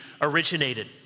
originated